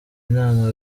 inama